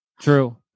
True